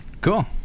Cool